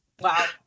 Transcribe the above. wow